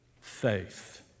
faith